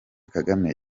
kagame